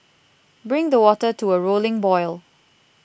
bring the water to a rolling boil